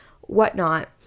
whatnot